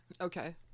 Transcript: Okay